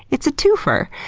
it's a twofer.